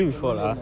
சொல்லலே:sollelae